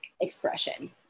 expression